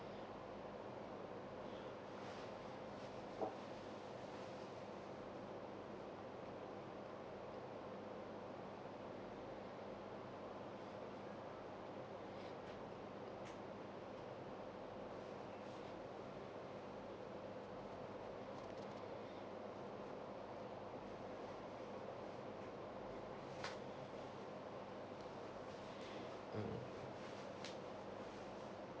mm